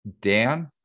Dan